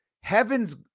heaven's